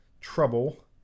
trouble